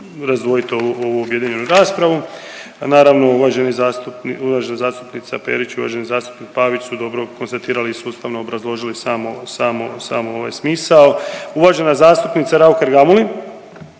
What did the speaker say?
razdvojiti ovu objedinjenu raspravu. Naravno uvažena zastupnica Perić i uvaženi zastupnik Pavić su dobro konstatirali i sustavno obrazložili sam ovaj smisao. Uvažena zastupnica Raukar Gamulin